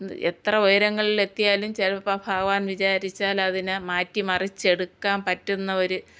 എത്ര ഉയരങ്ങളിലെത്തിയാലും ചിലപ്പം ഭഗവാൻ വിചാരിച്ചാലതിനെ മാറ്റി മറിച്ച് എടുക്കാൻ പറ്റുന്ന ഒരു